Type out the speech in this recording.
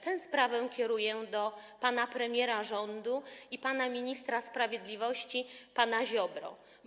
Tę sprawę kieruję do pana premiera rządu i pana ministra sprawiedliwości pana Ziobro.